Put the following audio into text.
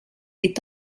est